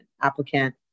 applicant